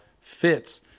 fits